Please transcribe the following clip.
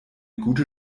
gute